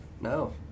No